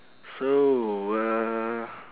so uh